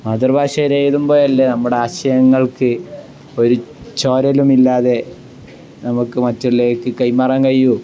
മാതൃഭാഷയില് എഴുതുമ്പോഴല്ലേ നമ്മുടെ ആശയങ്ങൾക്ക് ഒരു ചോരലുമില്ലാതെ നമുക്കു മറ്റുള്ളവര്ക്കു കൈമാറാൻ കഴിയൂ